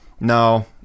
no